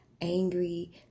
angry